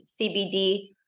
CBD